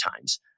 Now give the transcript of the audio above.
times